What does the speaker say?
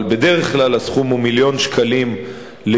אבל בדרך כלל הסכום הוא 1 מיליון ש"ח לשנה.